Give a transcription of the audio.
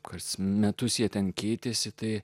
kas metus jie ten keitėsi tai